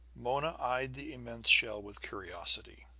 mona eyed the immense shell with curiosity.